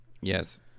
Yes